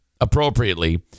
appropriately